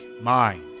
mind